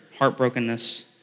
heartbrokenness